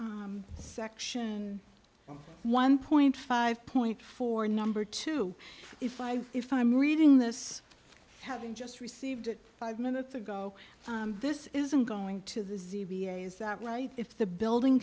section one point five point four number two if i if i'm reading this having just received it five minutes ago this isn't going to the z v a s that light if the building